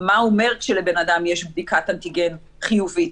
מה אומר כשלבן אדם יש בדיקת אנטיגן חיובית.